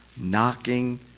knocking